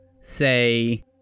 say